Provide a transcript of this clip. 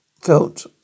felt